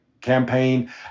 campaign